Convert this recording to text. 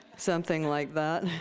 something like that.